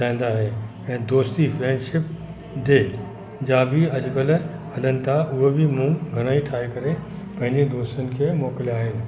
ठाहींदा आहियूं ऐं दोस्ती फ्रैंडशिप ते जा बि अॼुकल्ह हलनि था उहे बि मूं घणेई ठाहे करे पंहिंजे दोस्तनि खे मोकिलिया आहिनि